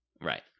Right